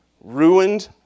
ruined